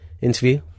interview